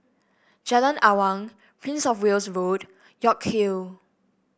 Jalan Awang Prince Of Wales Road York Hill